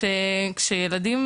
כשהשיח של ילדים